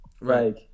Right